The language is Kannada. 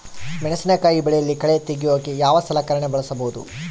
ಮೆಣಸಿನಕಾಯಿ ಬೆಳೆಯಲ್ಲಿ ಕಳೆ ತೆಗಿಯೋಕೆ ಯಾವ ಸಲಕರಣೆ ಬಳಸಬಹುದು?